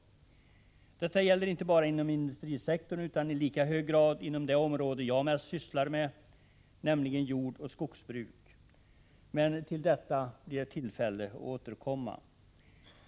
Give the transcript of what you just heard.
Detta gäller inte bara inom industrisektorn utan i lika hög grad inom det område jag mest sysslar med, nämligen jordoch skogsbruk. Men till detta blir det tillfälle att återkomma.